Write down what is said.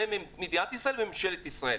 זה מדינת ישראל וממשלת ישראל.